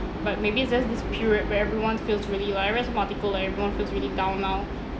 but maybe it's just this period where everyone feels really virus multiple and everyone feels really down now